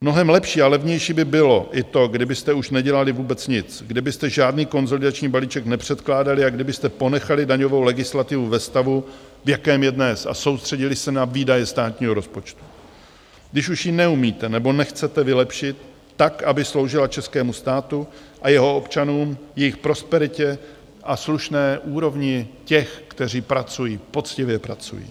Mnohem lepší a levnější by bylo i to, kdybyste už nedělali vůbec nic, kdybyste žádný konsolidační balíček nepředkládali a kdybyste ponechali daňovou legislativu ve stavu, v jakém je dnes, a soustředili se na výdaje státního rozpočtu, když už ji neumíte nebo nechcete vylepšit tak, aby sloužila českému státu a jeho občanům, jejich prosperitě a slušné úrovni těch, kteří pracují, poctivě pracují.